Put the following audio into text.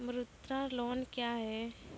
मुद्रा लोन क्या हैं?